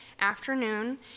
afternoon